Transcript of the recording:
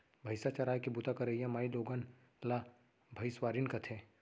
भईंसा चराय के बूता करइया माइलोगन ला भइंसवारिन कथें